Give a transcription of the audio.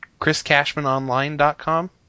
chriscashmanonline.com